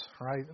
right